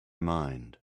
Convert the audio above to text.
mind